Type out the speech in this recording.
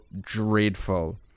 dreadful